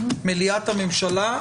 מליאת הממשלה,